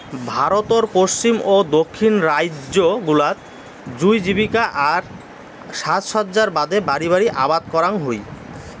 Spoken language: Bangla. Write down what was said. ভারতর পশ্চিম ও দক্ষিণ রাইজ্য গুলাত জুঁই জীবিকা আর সাজসজ্জার বাদে বাড়ি বাড়ি আবাদ করাং হই